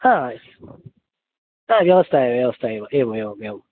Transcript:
हा हा व्यवस्ता एव व्यवस्ता एव एवम् एवम् एवं